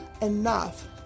enough